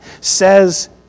says